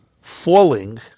falling